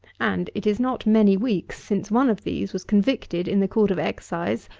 and, it is not many weeks since one of these was convicted, in the court of excise,